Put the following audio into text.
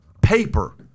paper